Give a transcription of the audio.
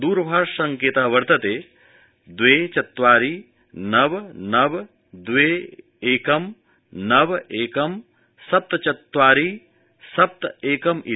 दूरभाष संकेत वर्तते दवे चत्वारि नव नव दवे एकम् नव एकं सप्त चत्वारि सप्त एकम् इति